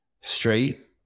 straight